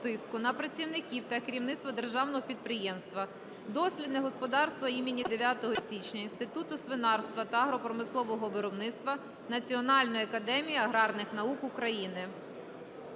на працівників та керівництво Державного підприємства "Дослідне господарство імені 9 січня" Інституту свинарства та агропромислового виробництва Національної академії аграрних наук України.